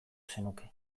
zenuke